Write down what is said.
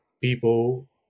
people